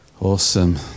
Awesome